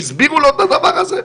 שהסבירו לו את הדבר הזה?